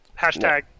Hashtag